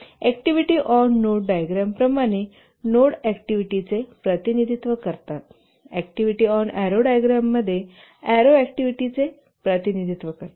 activity on node डायग्रामप्रमाणे node अॅक्टिव्हिटीचे प्रतिनिधित्व करतात अॅक्टिव्हिटी ऑन एरो डायग्राममध्ये एरो अॅक्टिव्हिटीचे प्रतिनिधित्व करतात